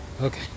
Okay